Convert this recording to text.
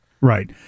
Right